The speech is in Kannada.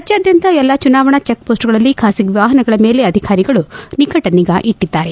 ರಾಜ್ಯಾದ್ಯಂತ ಎಲ್ಲಾ ಚುನಾವಣಾ ಚೆಕ್ ಶೋರ್ಸ್ಗಳಲ್ಲಿ ಖಾಸಗಿ ವಾಪನಗಳ ಮೇಲೆ ಅಧಿಕಾರಿಗಳು ನಿಕಟ ನಿಗಾ ಇಟ್ಟದ್ದಾರೆ